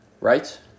right